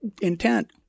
intent